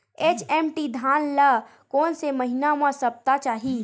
HMT धान ल कोन से महिना म सप्ता चाही?